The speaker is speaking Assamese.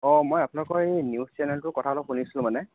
অঁ মই আপোনালোকৰ এই নিউজ চেনেলটোৰ কথা অলপ শুনিছিলোঁ মানে